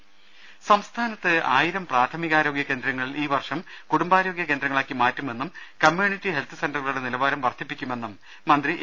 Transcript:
രദ്ദേഷ്ടങ സംസ്ഥാനത്ത് ആയിരം പ്രാഥമികാരോഗൃകേന്ദ്രങ്ങൾ ഈവർഷം കു ടുംബാരോഗ്യ കേന്ദ്രങ്ങളാക്കി മറ്റുമെന്നും കമ്മ്യൂണിറ്റി ഹെൽത്ത് സെന്ററു കളുടെ നിലവാരം വർദ്ധിപ്പിക്കുമെന്നും മന്ത്രി എ